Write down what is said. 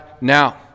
now